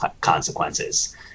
consequences